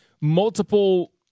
multiple